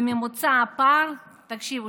בממוצע הפער, תקשיבו,